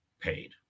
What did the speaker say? paid